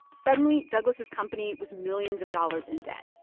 suddenly, douglas' company was millions of dollars in debt.